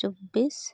ᱪᱚᱵᱽᱵᱤᱥ